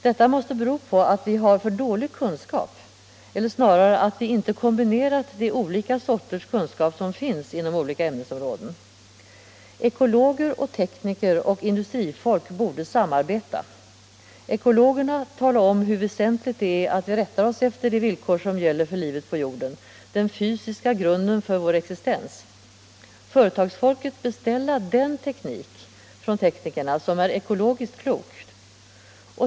Detta måste bero på att vi har för dålig kunskap eller snarare att vi inte kombinerat de olika sorters kunskap som finns inom olika ämnesområden. Ekologer, tekniker och industrifolk borde samarbeta: ekologerna talar om hur väsentligt det är att vi rättar oss efter de villkor som gäller för livet på jorden, den fysiska grunden för vår existens; företagsfolket beställer den teknik från teknikerna som är ekologiskt klok.